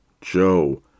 Joe